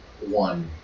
one